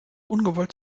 ungewollt